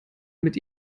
mit